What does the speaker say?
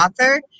author